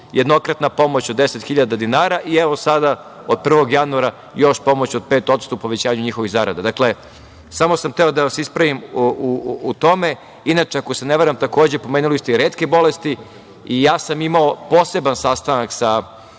jednokratna pomoć od 10.000 dinara i evo sada od 1. januara još pomoć od 5% povećanje njihovih zarada. Samo sam hteo da vas ispravim u tome. Inače, ako se ne varam, takođe pomenuli ste i retke bolesti. Imao sam poseban sastanak sa